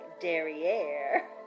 derriere